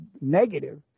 negative